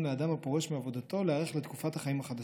לאדם הפורש מעבודתו להיערך לתקופת החיים החדשה.